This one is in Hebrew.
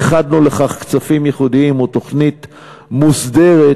ייחדנו לכך כספים ייחודיים ותוכנית מוסדרת